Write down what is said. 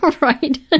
Right